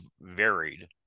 varied